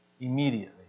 Immediately